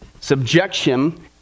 Subjection